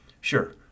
Sure